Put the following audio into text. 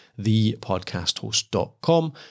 thepodcasthost.com